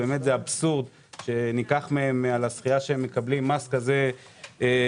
אבסורד שניקח מהם על הזכייה שהם מקבלים מס כזה גבוה,